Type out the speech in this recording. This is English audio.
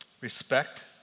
respect